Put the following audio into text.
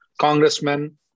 Congressman